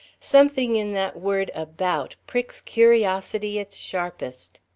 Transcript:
something in that word about pricks curiosity its sharpest.